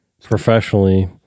professionally